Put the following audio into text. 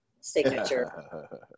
signature